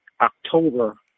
October